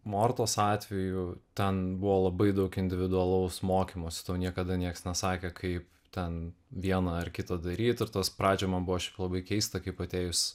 mortos atveju ten buvo labai daug individualaus mokymosi tau niekada niekas nesakė kaip ten vieną ar kitą daryt ir tas pradžioj man buvo šiaip labai keista kaip atėjus